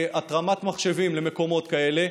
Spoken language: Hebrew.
בהתרמת מחשבים למקומות כאלה,